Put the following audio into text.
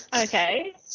Okay